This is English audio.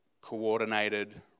coordinated